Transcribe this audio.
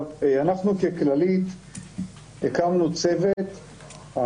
אנחנו ככללית הקמנו צוות,